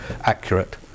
accurate